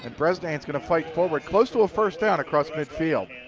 and bresnahan is going to fight forward, close to a first down, across mid field.